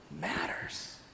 matters